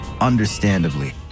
Understandably